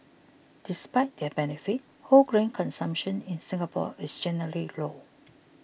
despite their benefits whole grain consumption in Singapore is generally low